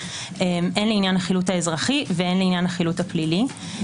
הן לעניין החילוט האזרחי והן לעניין החילוט הפלילי,